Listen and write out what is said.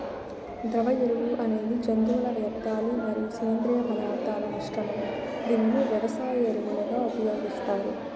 ద్రవ ఎరువు అనేది జంతువుల వ్యర్థాలు మరియు సేంద్రీయ పదార్థాల మిశ్రమం, దీనిని వ్యవసాయ ఎరువులుగా ఉపయోగిస్తారు